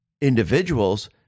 individuals